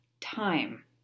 time